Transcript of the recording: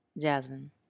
Jasmine